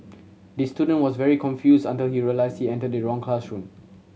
the student was very confused until he realised he entered the wrong classroom